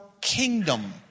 kingdom